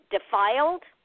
Defiled